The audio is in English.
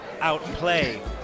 outplay